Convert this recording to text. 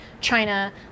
China